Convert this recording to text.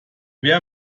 wer